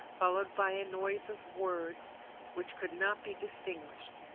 followed by a noise of words which could not be distinguished,